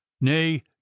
nay